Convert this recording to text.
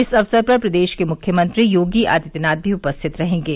इस अवसर पर प्रदेश के मुख्यमंत्री योगी आदित्यनाथ भी उपस्थित रहेंगे